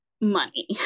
Money